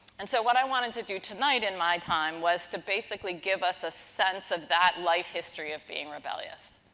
and, so what i wanted to do tonight, in my time, was to basically give us a sense of that life history of being rebellious.